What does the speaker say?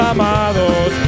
amados